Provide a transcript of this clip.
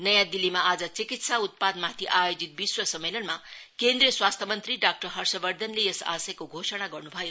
नयाँ दिल्लीमा आज चिकित्सा उत्पादमाथि आयोजित विश्व सम्मेलनमा केन्दीय स्वस्थ्य मंत्री डाक्टर हर्षवर्धनले यस आशयको घोषणा गर्न् भयो